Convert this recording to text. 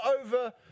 over